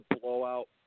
blowout